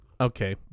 Okay